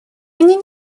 они